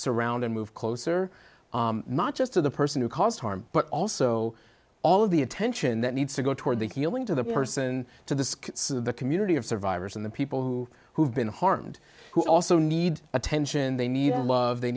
surround and move closer not just to the person who caused harm but also all of the attention that needs to go toward the healing to the person to the community of survivors and the people who who have been harmed who also need attention they need love they